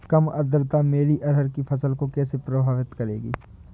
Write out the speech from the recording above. कम आर्द्रता मेरी अरहर की फसल को कैसे प्रभावित करेगी?